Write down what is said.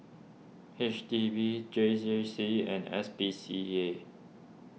H D B J J C and S P C A